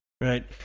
right